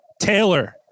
Taylor